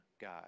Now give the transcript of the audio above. God